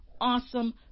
awesome